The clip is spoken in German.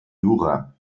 jura